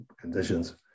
conditions